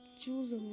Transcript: choose